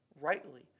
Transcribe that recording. rightly